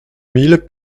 mille